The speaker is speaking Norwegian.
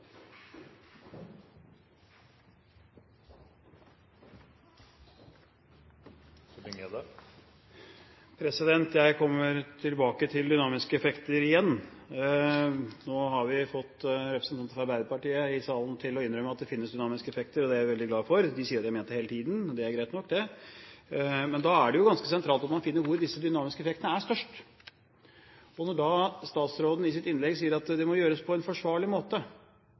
replikkordskifte. Jeg kommer tilbake til dynamiske effekter igjen. Nå har vi fått representanter fra Arbeiderpartiet i salen til å innrømme at det finnes dynamiske effekter, og det er jeg veldig glad for. De sier at de har ment det hele tiden, og det er greit nok, det. Men da er det jo ganske sentralt at man finner ut hvor disse dynamiske effektene er størst. Når statsråden i sitt innlegg sier at det må gjøres på en forsvarlig måte,